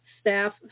staff